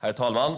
Herr talman!